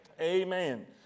Amen